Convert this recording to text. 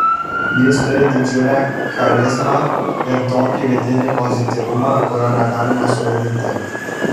jis turi didžiulę charizmą ir tokį vidinį pozityvumą kurio negalima suvaidinti